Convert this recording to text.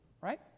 Right